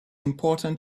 important